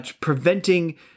preventing